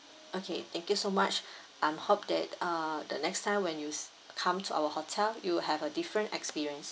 okay thank you so much I'm hope that uh the next time when you s~ come to our hotel you have a different experience